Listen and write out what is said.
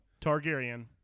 Targaryen